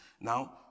now